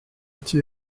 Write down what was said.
être